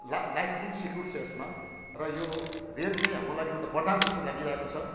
ला लाइफको पनि सिक्योर्ड छ यसमा र यो रेल चाहिँ हाम्रो लागि एउटा बरदान जस्तो लागिरहेको छ